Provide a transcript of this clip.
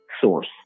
source